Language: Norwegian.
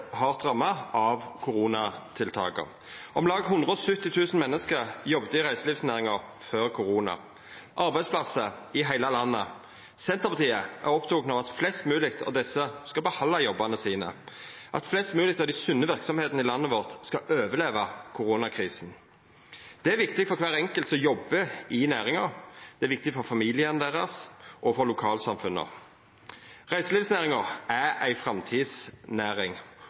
av koronatiltaka. Om lag 170 000 menneske jobba i reiselivsnæringa før korona – arbeidsplassar i heile landet. Senterpartiet er oppteke av at flest mogleg av desse skal behalda jobbane sine, at flest mogleg av dei sunne verksemdene i landet vårt skal overleva koronakrisa. Det er viktig for kvar enkelt som jobbar i næringa, og det er viktig for familiane deira og for lokalsamfunna. Reiselivsnæringa er ei framtidsnæring.